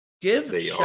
Give